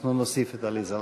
אנחנו נוסיף את עליזה לביא.